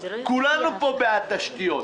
כולנו פה בעד תשתיות,